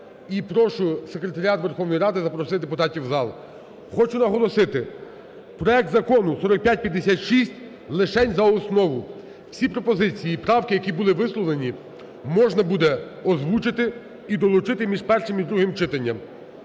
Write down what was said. і прошу Секретаріат Верховної Ради запросити депутатів в зал. Хочу наголосити: проект Закону 4556 лишень за основу. Всі пропозиції і правки, які були висловлені, можна буде озвучити і долучити між першим і другим читанням.